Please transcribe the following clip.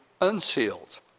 unsealed